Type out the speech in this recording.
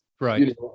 Right